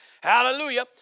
Hallelujah